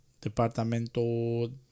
Departamento